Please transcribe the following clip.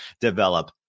develop